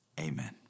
Amen